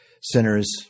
sinners